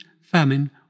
famine